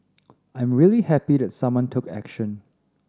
I am really happy that someone took action